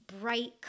bright